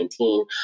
2019